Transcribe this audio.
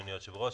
אדוני היושב-ראש,